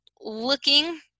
looking